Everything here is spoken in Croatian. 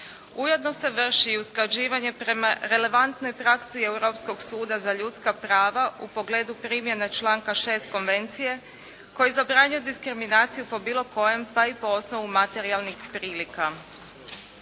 Ujedno se vrši i usklađivanje prema relevantnoj praksi Europskog suda za ljudska prava u pogledu primjene članka 6. konvencije koji zabranjuje diskriminaciju po bilu kojem pa i po osnovu materijalnih prilika.